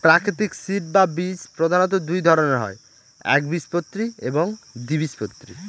প্রাকৃতিক সিড বা বীজ প্রধানত দুই ধরনের হয় একবীজপত্রী এবং দ্বিবীজপত্রী